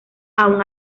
aun